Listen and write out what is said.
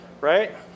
right